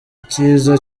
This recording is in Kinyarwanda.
icyiza